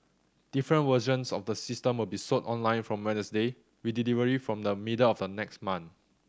different versions of the system will be sold online from Wednesday with delivery from the middle of next month